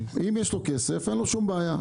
אם יש לו כסף, אין לו שום בעיה.